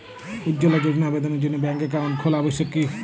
উজ্জ্বলা যোজনার আবেদনের জন্য ব্যাঙ্কে অ্যাকাউন্ট খোলা আবশ্যক কি?